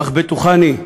אך בטוחני,